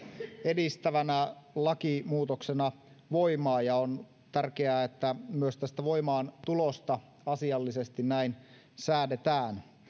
edistävänä lakimuutoksena voimaan ja on tärkeää että myös tästä voimaantulosta asiallisesti näin säädetään